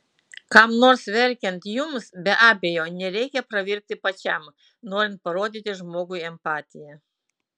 kam nors verkiant jums be abejo nereikia pravirkti pačiam norint parodyti žmogui empatiją